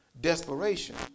desperation